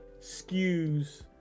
skews